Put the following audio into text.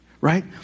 right